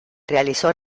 realizó